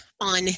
on